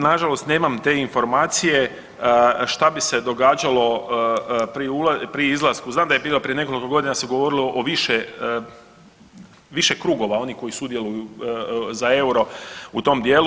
Nažalost nemam te informacije šta bi se događalo pri izlasku, znam da je bilo prije nekoliko godina se govorilo o više, više krugova onih koji sudjeluju za euro u tom dijelu.